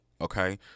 Okay